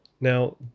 Now